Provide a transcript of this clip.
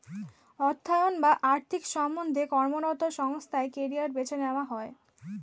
অর্থায়ন বা আর্থিক সম্বন্ধে কর্মরত সংস্থায় কেরিয়ার বেছে নেওয়া যায়